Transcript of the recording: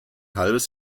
halbes